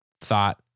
thought